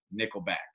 Nickelback